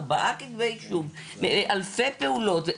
ארבעה כתבי אישום, אלפי פעולות.